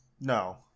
No